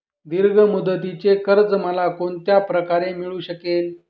दीर्घ मुदतीचे कर्ज मला कोणत्या प्रकारे मिळू शकेल?